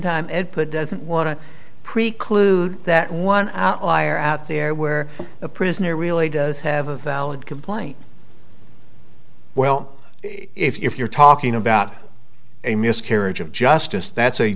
time ed put doesn't want to preclude that one outlier out there where a prisoner really does have a valid complaint well if you're talking about a miscarriage of justice that's a